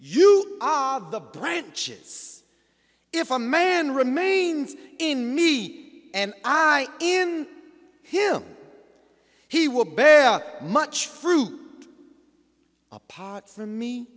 you are the branches if a man remains in me and i in him he will bear much fruit apart from me